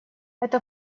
эта